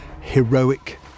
heroic